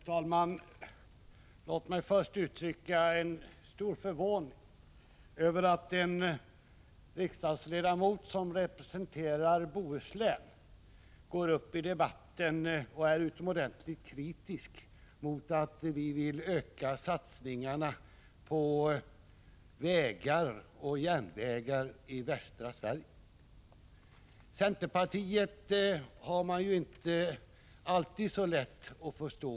Fru talman! Låt mig först uttrycka en stor förvåning över att en riksdagsledamot som representerar Bohuslän går upp i debatten och är utomordentligt kritisk mot att vi vill öka satsningarna på vägar och järnvägar i västra Sverige. Centerpartiets agerande har man ju inte alltid så lätt att förstå.